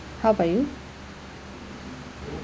how about you